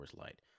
Light